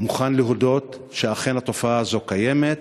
מוכן להודות שאכן התופעה הזאת קיימת?